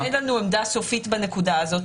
עוד אין לנו עמדה סופית בנקודה הזאת.